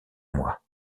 mois